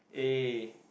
eh